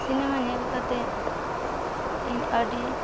cinema ᱧᱮᱞ ᱠᱟᱛᱮ ᱤᱧ ᱟ ᱰᱤ